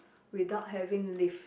without having live